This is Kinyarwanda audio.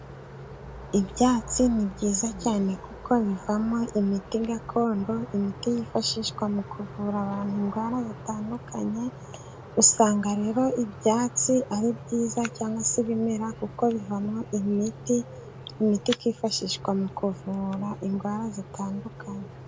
Ibyatsi ni byiza cyane, kuko bivamo imiti gakondo, imiti yifashishwa mu kuvura abantu indwara zitandukanye, usanga rero ibyatsi ari byiza, cyangwa se ibimera, kuko bivamwo imiti, imiti ikifashishwa mu kuvura indwara zitandukanye.